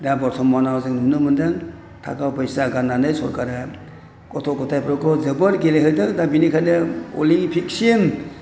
दा बर्तमानाव जों नुनो मोनदों थाखा फैसा गारनानै सरकारा गथ' गथायफोरखौ जोबोद गेलेहोदों दा बेनिखायनो अलिम्पिकसिम